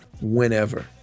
whenever